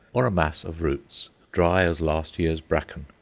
or a mass of roots dry as last year's bracken.